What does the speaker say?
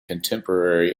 contemporary